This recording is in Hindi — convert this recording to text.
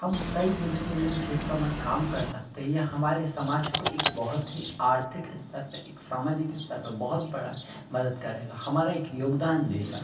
हम कई विभिन्न विभिन्न क्षेत्रों में काम कर सकते हैं यह हमारे समाज को एक बहुत ही आर्थिक अस्तर पर एक सामाजिक अस्तर पर बहुत बड़ी मदद करेगा हमारा एक योगदान देगा